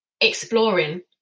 exploring